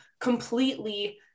completely